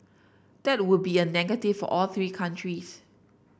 that would be a negative for all three countries